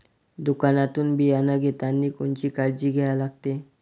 दुकानातून बियानं घेतानी कोनची काळजी घ्या लागते?